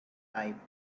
type